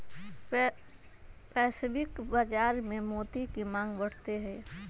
वैश्विक बाजार में मोती के मांग बढ़ते हई